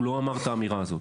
הוא לא אמר את האמירה הזאת,